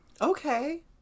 okay